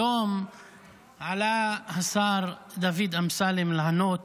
היום עלה השר דוד אמסלם לענות